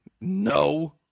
No